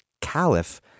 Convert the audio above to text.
Caliph